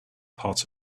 parts